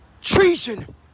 treason